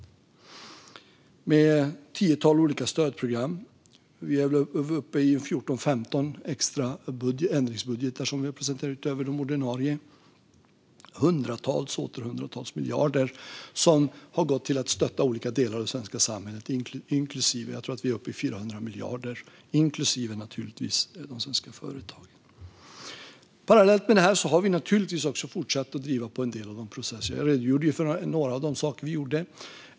Vi gör det med ett tiotal olika stödprogram och är väl uppe i 14 eller 15 extra ändringsbudgetar, som vi har presenterat utöver de ordinarie, med hundratals och åter hundratals miljarder - jag tror att vi är uppe i 400 miljarder - som har gått till att stötta olika delar av det svenska samhället, inklusive de svenska företagen. Parallellt med det här har vi naturligtvis också fortsatt driva på en del processer. Jag redogjorde för några av de saker vi gjorde.